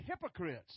hypocrites